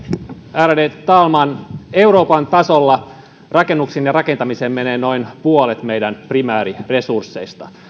ärade talman euroopan tasolla rakennuksiin ja rakentamiseen menee noin puolet meidän primääriresursseista